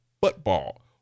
football